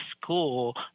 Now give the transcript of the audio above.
school